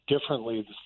differently